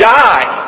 die